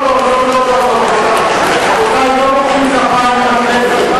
לא מוחאים כפיים בכנסת.